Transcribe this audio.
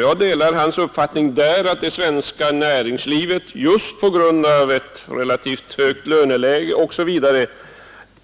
Jag delar hans uppfattning att det svenska näringslivet bl.a. just på grund av ett relativt högt löneläge